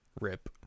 rip